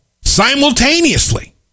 simultaneously